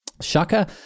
Shaka